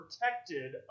protected